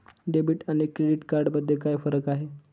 Debit आणि credit card मध्ये काय फरक आहे?